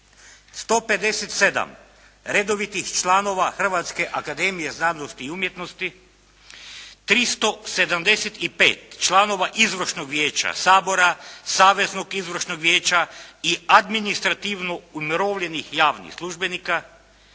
157 redovitih članova Hrvatske akademije znanosti i umjetnosti, 375 članova Izvršnog vijeća Sabora, Saveznog izvršnog vijeća i administrativno umirovljenih javnih službenika